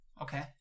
okay